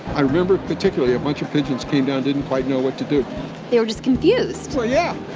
i remember, particularly, a bunch of pigeons came down, didn't quite know what to do they were just confused well, yeah,